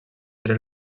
era